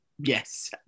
yes